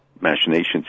machinations